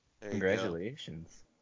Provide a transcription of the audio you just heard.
Congratulations